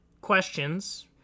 questions